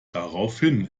daraufhin